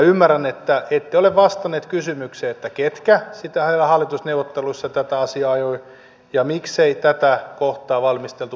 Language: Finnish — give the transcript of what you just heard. ymmärrän että ette ole vastannut kysymykseen ketkä hallitusneuvotteluissa tätä asiaa ajoivat ja miksei tätä kohtaa valmisteltu parlamentaarisesti